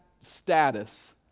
status